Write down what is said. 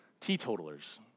teetotalers